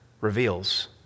reveals